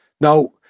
Now